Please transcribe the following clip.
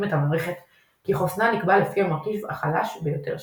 את המערכת כי חוסנה נקבע לפי המרכיב החלש ביותר שבה.